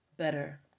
better